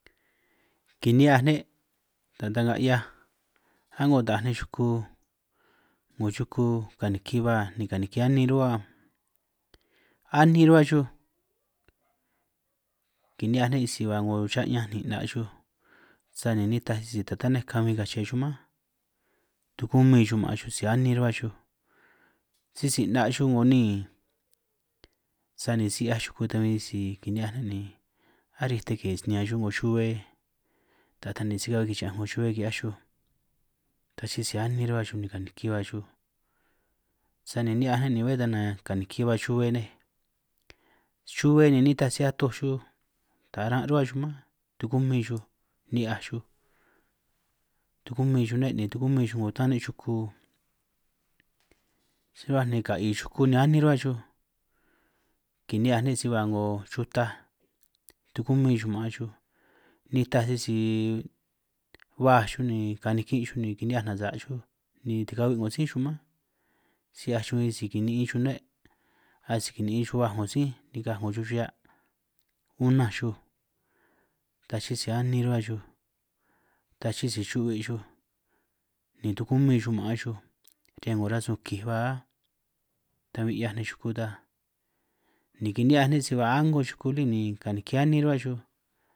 Kini'hiaj ne' taj ta'nga 'hiaj a'ngo taaj nej xuku, 'ngo xuku kaniki ba ni kaniki ani ruhua anin ruhua xuj kini'hiaj ne', si ba 'ngo ya'ñanj ni 'na' xuj sani nitaj si ta ta tanej kabin kache xuj mánj, tukumin xuj maan xuj si anin ruhua xuj sisi 'na' xuj 'ngo niin, sani si 'hiaj xuku tan huin si kini'hiaj ne' ni aríj steke xuj snian xuj 'ngo yuhue, ta taj ni si ka'bbe kiyi'ñanj 'ngo xuhue ki'hiaj xuj, ta ta sisi anin ruhua xuj ni kanikin hua xuj sani ni'hiaj ne' ni bé tan nanj kaniki ba xuhue nej, xuhue ni nitaj si atoj ta aran ruhua xuj mánj, tukumin xuj ni'hiaj xuj tukumin xuj ne' ni tukumin xuj 'ngo tán ne' xuku si ruhuaj, ni ka'i xuku ni anin ruhua xuj kini'hiaj ne' si ba 'ngo yutaj ni tukumin xuj maan xuj, nitaj sisi baj xuj ni kanikin' xuj ni kini'hiaj nasa' xuj ni tika'hui' 'ngo sí xuj mánj, si 'hiaj xuj huin si kini'in xuj ne' a si kini'in xuj baj 'ngo sí nikaj 'ngo chun rihia' unanj xuj, ta chii xuj si anin ruhua xuj ta chii, si xu'hui' xuj ni tukumin xuj maan xuj riñan 'ngo rasun kij hua aá, ta huin 'hiaj nej xuku ta ni kini'hiaj ne' si ba a'ngo chuku lí ni kaniki anin ruhua xuj.